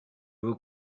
will